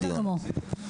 בסדר גמור.